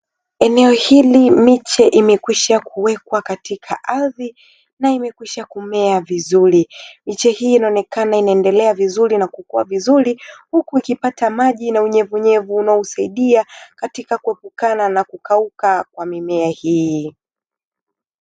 Eneo hili miche, imekwisha kuwekwa katika ardhi na imekwisha kumea vizuri. Miche hii inaonekana inaendelea vizuri na kukua vizuri, huku ikipata maji na unyevu unyevu, unaosaidia katika kuepukana na kukauka kwa mimea hii.